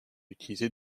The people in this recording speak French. utilisé